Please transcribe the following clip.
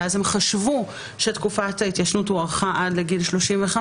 ואז הם חשבו שתקופת ההתיישנות הוארכה עד לגיל 35,